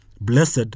Blessed